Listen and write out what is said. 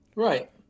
Right